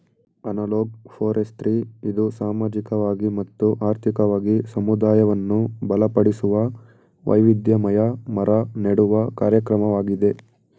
analog forestry ಇದು ಸಾಮಾಜಿಕವಾಗಿ ಮತ್ತು ಆರ್ಥಿಕವಾಗಿ ಸಮುದಾಯವನ್ನು ಬಲಪಡಿಸುವ, ವೈವಿಧ್ಯಮಯ ಮರ ನೆಡುವ ಕಾರ್ಯಕ್ರಮವಾಗಿದೆ